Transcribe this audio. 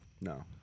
No